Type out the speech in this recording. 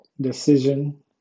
decision